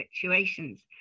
situations